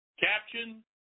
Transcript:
Caption